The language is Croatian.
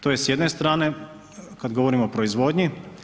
To je s jedne strane, kad govorimo o proizvodnji.